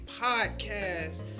podcast